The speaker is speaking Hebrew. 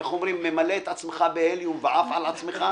איך אומרים: ממלא את עצמך בהליום ועף על עצמך,